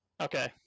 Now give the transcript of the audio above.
okay